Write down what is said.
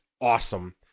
awesome